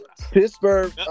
Pittsburgh